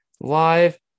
live